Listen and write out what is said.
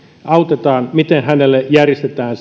autetaan miten hänelle järjestetään